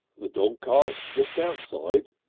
the dog cart's just outside,